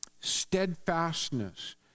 steadfastness